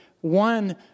one